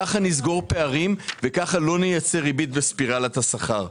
ככה נסגור פערים וככה לא נייצר ריבית וספירלת השכר.